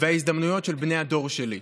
וההזדמנויות של בני הדור שלי,